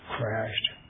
crashed